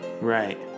Right